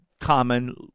common